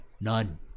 None